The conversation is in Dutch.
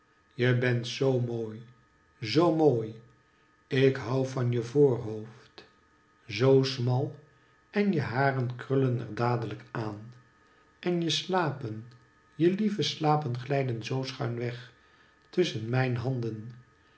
je bent zoo mooi zoo mooi ik hou van je voorhoofd zoo smal en je haren krullen er dadelijk aan en je slapen je lieve slapen glijden zoo schuin weg tusschen mijn handen